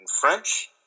French